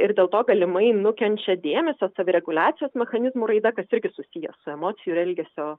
ir dėl to galimai nukenčia dėmesio savireguliacijos mechanizmų raida kas irgi susiję su emocijų ir elgesio